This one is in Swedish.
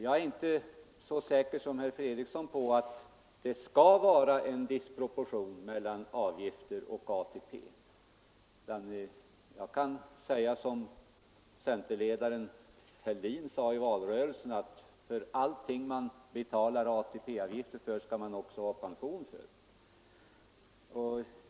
Jag är inte så säker som herr Fredriksson på att det bör vara en disproportion mellan ATP-avgifter och ATP-pension, utan jag vill säga som centerledaren herr Fälldin gjorde i valrörelsen, att man skall ha ATP-pension för alla de ATP-avgifter man betalar in.